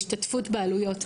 ההשתתפות בעלויות,